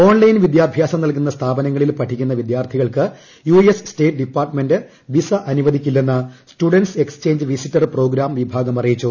online വിദ്യാഭ്യാസം നൽകുന്നത് സ്ഥാപനങ്ങളിൽ പഠിക്കുന്ന വിദ്യാർത്ഥികൾക്ക് യുക്ക്ക് ക്ലിസ് സ്റ്റേറ്റ് ഡിപ്പാർട്ട്മെന്റ് വിസ അനുവദിക്കില്ലെന്ന് സ്റ്റുഡന്റ് എക്സ്ചേഞ്ച് വിസിറ്റർ പ്രോഗ്രാം വിഭാഗം അറിയിച്ചു